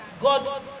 God